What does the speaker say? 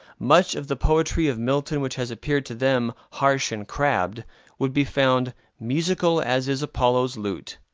much of the poetry of milton which has appeared to them harsh and crabbed would be found musical as is apollo's lute.